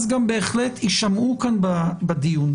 אז גם בהחלט יישמעו הדעות בדיון.